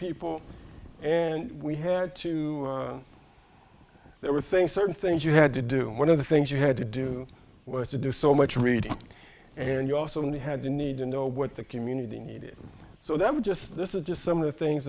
people and we had to there were thing certain things you had to do one of the things you had to do was to do so much reading and you also only had the need to know what the community needed so that we just this is just some of the things